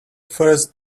first